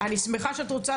אני שמחה שאת רוצה